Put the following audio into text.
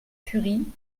furie